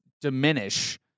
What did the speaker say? diminish